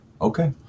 Okay